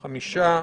חמישה.